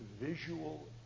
visual